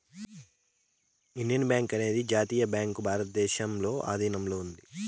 Indian Bank అనేది జాతీయ bank భారతదేశంలో ఆధీనంలో ఉంది